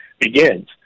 begins